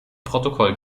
protokoll